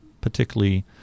particularly